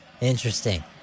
interesting